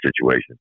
situation